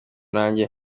nanjye